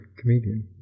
comedian